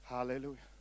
Hallelujah